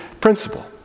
principle